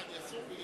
מה, אני, אסור לי?